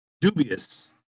dubious